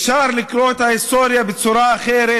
יוצאים מאולם המליאה.) אפשר לקרוא את ההיסטוריה בצורה אחרת,